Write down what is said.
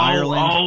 Ireland